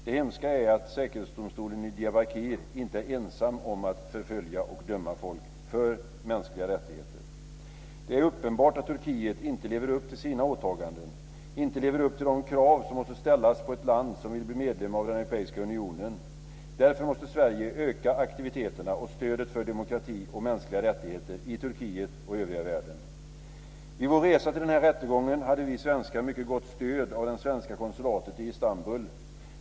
Det hemska är att säkerhetsdomstolen i Diyarbakir inte är ensam om att förfölja och döma folk när det gäller mänskliga rättigheter. Det är uppenbart att Turkiet inte lever upp till sina åtaganden, att man inte lever upp till de krav som måste ställas på ett land som vill bli medlem av den europeiska unionen. Därför måste Sverige öka aktiviteterna och stödet för demokrati och mänskliga rättigheter i Turkiet och i övriga världen. Vid vår resa till den här rättegången hade vi svenskar mycket gott stöd av det svenska konsulatet i Istanbul.